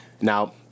now